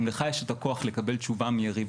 אם לך יש את הכוח לקבל תשובה מיריב